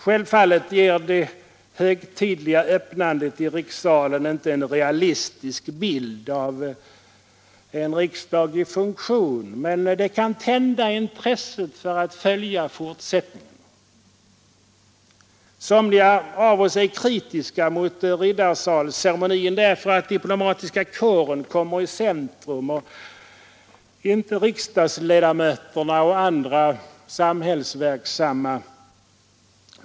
Självfallet ger det högtidliga öppnandet i rikssalen inte en realistisk bild av en riksdag i funktion, men det kan tända intresset för att följa fortsättningen. Somliga är kritiska mot ceremonin i rikssalen därför att diplomatiska kåren kommer i centrum och inte riksdagsledamöterna och andra samhällsverksamma.